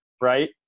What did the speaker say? right